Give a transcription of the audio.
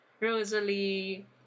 Rosalie